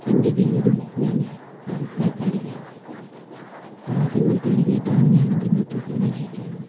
എൻ്റെ വീടും ഞാൻ അഴുക്കാക്കാറില്ല പാദങ്ങൾ കഴുകിയിട്ടാണ് ഞാനെൻ്റെ വീട്ടിൽ പ്രവേശിക്കാറ്